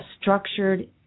structured